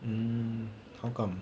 mm how come